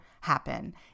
happen